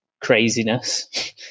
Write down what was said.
craziness